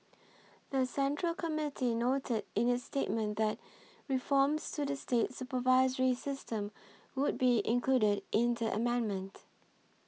the Central Committee noted in its statement that reforms to the state supervisory system would be included in the amendment